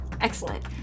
Excellent